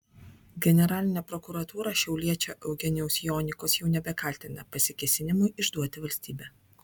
generalinė prokuratūra šiauliečio eugenijaus jonikos jau nebekaltina pasikėsinimu išduoti valstybę